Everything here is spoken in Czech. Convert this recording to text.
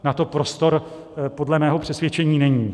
Na to prostor podle mého přesvědčení není.